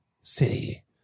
City